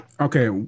okay